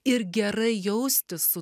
ir gerai jaustis su